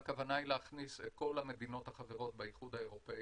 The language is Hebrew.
והכוונה היא להכניס את כל המדינות החברות באיחוד האירופאי